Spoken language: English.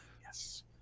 Yes